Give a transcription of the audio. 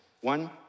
One